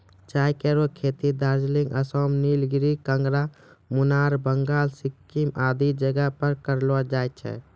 चाय केरो खेती दार्जिलिंग, आसाम, नीलगिरी, कांगड़ा, मुनार, बंगाल, सिक्किम आदि जगह पर करलो जाय छै